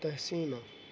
تحسین